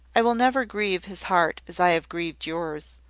i will never grieve his heart as i have grieved yours.